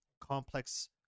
complex